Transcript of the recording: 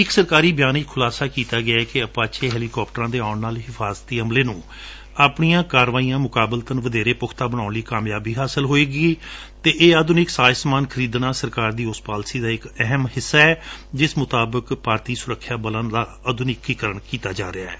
ਇਕ ਸਰਕਾਰੀ ਬਿਆਨ ਵਿਚ ਖੁਲਾਸਾ ਕੀਤਾ ਗਿਐ ਕਿ ਅਪਾਚੇ ਹੈਲੀਕਾਪਟਰਾਂ ਦੇ ਆਉਣ ਨਾਲ ਹਿਫਾਜ਼ਤੀ ਅਮਲੇ ਨੁੰ ਆਪਣੀਆਂ ਕਾਰਵਾਈਆਂ ਮੁਕਾਬਲਤਨ ਵਧੇਰੇ ਪੁਖਤਾ ਬਣਾਉਣ ਵਿਚ ਕਾਮਯਾਬੀ ਹਾਸਲ ਹੋਵੇਗੀ ਅਤੇ ਇਹ ਆਧੁਨਿਕ ਸਾਜ ਸਮਾਨ ਖਰੀਦਣਾ ਸਰਕਾਰ ਦੀ ਉਸ ਪਾਲਸੀ ਦਾ ਇਕ ਅਹਿਮ ਹਿੱਸਾ ਏ ਜਿਸ ਮੁਤਾਬਕ ਭਾਰਤੀ ਸੁਰੱਖਿਆ ਬਲਾਂ ਦਾ ਆਧੁਨੀਕੀਕਰਨ ਕੀਤਾ ਜਾ ਰਿਹੈ